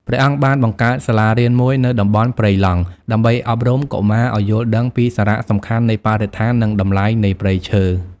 ព្រះអង្គបានបង្កើតសាលារៀនមួយនៅតំបន់ព្រៃឡង់ ដើម្បីអប់រំកុមារឱ្យយល់ដឹងពីសារៈសំខាន់នៃបរិស្ថាន និងតម្លៃនៃព្រៃឈើ។